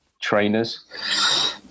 trainers